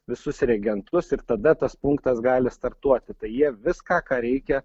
visus reagentus ir tada tas punktas gali startuoti tai jie viską ką reikia